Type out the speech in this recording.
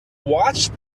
watched